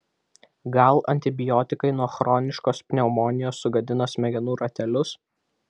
gal antibiotikai nuo chroniškos pneumonijos sugadino smegenų ratelius